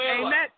Amen